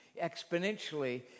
exponentially